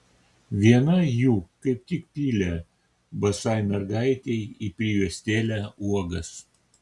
viena jų kaip tik pylė basai mergaitei į prijuostėlę uogas